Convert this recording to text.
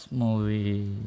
movie